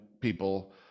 people